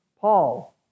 Paul